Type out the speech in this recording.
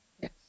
Yes